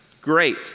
Great